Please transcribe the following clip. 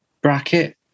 bracket